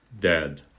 dead